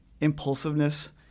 impulsiveness